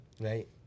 right